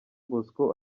bosco